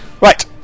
Right